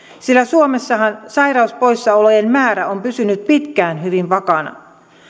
sillä suomessahan sairauspoissaolojen määrä on pysynyt pitkään hyvin vakaana